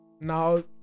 now